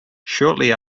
shortly